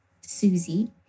Susie